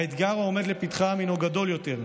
האתגר העומד לפתחם הינו גדול יותר,